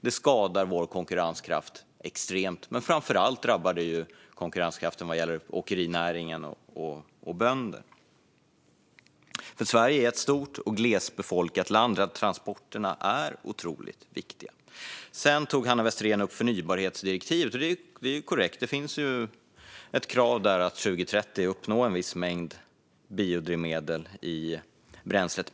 Det skadar vår konkurrenskraft extremt mycket, men framför allt drabbar det konkurrenskraften för åkerinäringen och bönderna, för Sverige är ett stort och glesbefolkat land där transporterna är otroligt viktiga. Hanna Westerén tog upp förnybarhetsdirektivet, och det är ju korrekt att det finns ett krav där att 2030 ha uppnått en viss mängd biodrivmedel i bränslet.